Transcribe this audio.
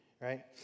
right